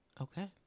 Okay